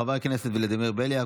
חבר הכנסת ולדימיר בליאק,